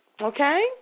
Okay